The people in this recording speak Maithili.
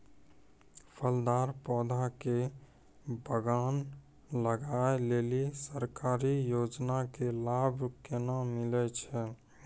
फलदार पौधा के बगान लगाय लेली सरकारी योजना के लाभ केना मिलै छै?